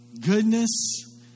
goodness